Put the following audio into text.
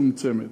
מצומצמת.